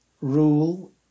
rule